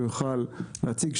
שהוא יוכל להציג.